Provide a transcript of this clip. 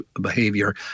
behavior